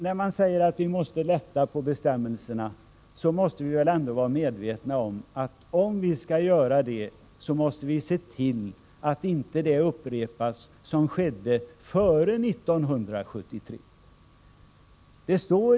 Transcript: När man säger att vi skall lätta på bestämmelserna, måste man ändå vara medveten om att vi i så fall måste se till att inte det upprepas som skedde före 1973.